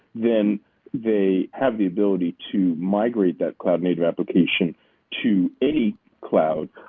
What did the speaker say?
then they have the ability to migrate that cloud native application to any cloud.